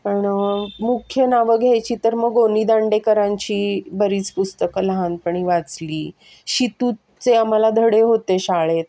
पण मुख्य नावं घ्यायची तर मग गोनी दांडेकरांची बरीच पुस्तकं लहानपणी वाचली शितूतचे आम्हाला धडे होते शाळेत